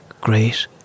Great